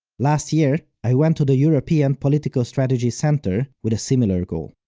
last year, i went to the european political strategy center with a similar goal.